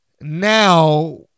now